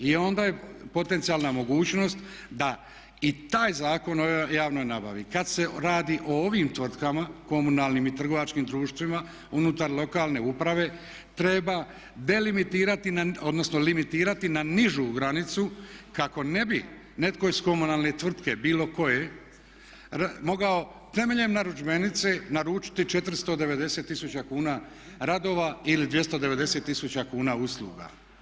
I onda je potencijalna mogućnost da i taj Zakon o javnoj nabavi kada se radi o ovim tvrtkama, komunalnim i trgovačkim društvima unutar lokalne uprave treba delimitirati, odnosno limitirati na nižu granicu kako ne bi netko iz komunalne tvrtke, bilo koje mogao temeljem narudžbenice naručiti 490 tisuća kuna radova ili 290 tisuća kuna usluga.